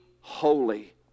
holy